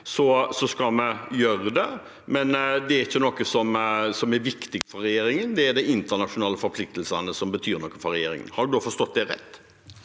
skal vi gjøre det. Det er likevel ikke noe som er viktig for regjeringen, det er de internasjonale forpliktelsene som betyr noe for regjeringen. Har jeg da forstått det rett?